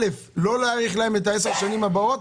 א', לא להאריך להם את הרישיון בעשר שנים, ו-ב',